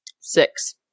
Six